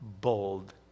bold